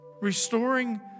Restoring